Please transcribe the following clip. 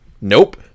Nope